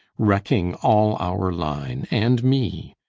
wrecking all our line, and me.